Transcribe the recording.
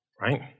right